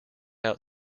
out